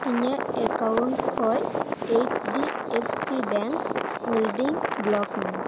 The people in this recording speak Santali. ᱤᱧᱟᱹᱜ ᱮᱠᱟᱣᱩᱱᱴ ᱠᱷᱚᱱ H D F C bank holding block ᱢᱮ